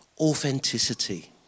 Authenticity